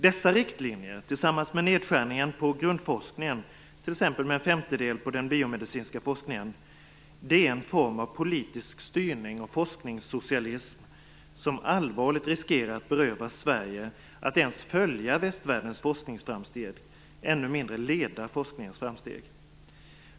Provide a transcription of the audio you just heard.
Dessa riktlinjer - tillsammans med nedskärningen på grundforskningen, t.ex. med en femtedel på den biomedicinska forskningen - är en form att politisk styrning och forskningssocialism som allvarligt riskerar att beröva Sverige möjligheterna att följa västvärldens forskningsframsteg och än mindre vara ledande inom forskningen.